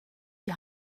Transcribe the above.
die